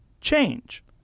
change